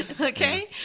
Okay